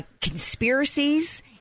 conspiracies